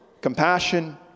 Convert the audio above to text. compassion